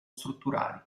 strutturali